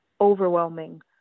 overwhelming